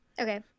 Okay